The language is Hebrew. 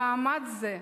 במעמד זה,